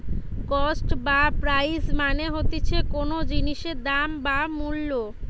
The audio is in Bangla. কস্ট বা প্রাইস মানে হতিছে কোনো জিনিসের দাম বা মূল্য